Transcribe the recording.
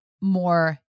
more